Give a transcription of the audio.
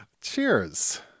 Cheers